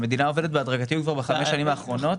המדינה עובדת בהדרגתיות כבר בחמש שנים האחרונות